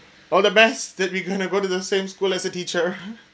all the best that we're going to go to the same school as a teacher